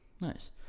Nice